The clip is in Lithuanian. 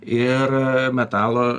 ir metalo